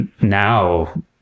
Now